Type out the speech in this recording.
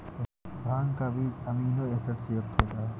भांग का बीज amino acid से युक्त होता है